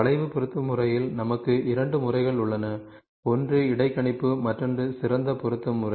வளைவு பொருத்தும் முறையில் நமக்கு இரண்டு முறைகள் உள்ளன ஒன்று இடைக்கணிப்பு மற்றொன்று சிறந்த பொருத்தம் முறை